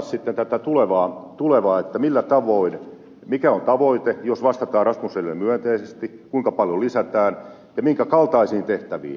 nyt olisi hyvä avata tulevaa millä tavoin mikä on tavoite jos vastataan rasmussenille myönteisesti kuinka paljon lisätään ja minkä kaltaisiin tehtäviin